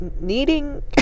needing